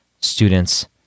students